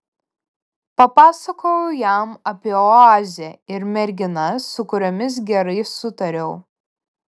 papasakojau jam apie oazę ir merginas su kuriomis gerai sutariau